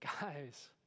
Guys